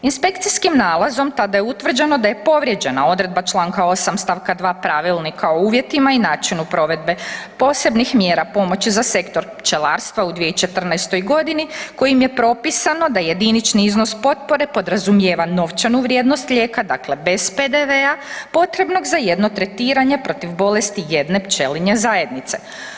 Inspekcijskim nalazom tada je utvrđeno da je povrijeđena odredba čl. 8. st. 2. Pravilnika o uvjetima i načinu provedbe posebnih mjera pomoći za sektor pčelarstva u 2014. g. kojim je propisano da jedinični iznos potpore podrazumijeva novčanu vrijednost lijeka, dakle bez PDV-a potrebnog za jedno tretiranje protiv bolesti jedne pčelinje zajednice.